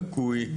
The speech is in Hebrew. לקוי,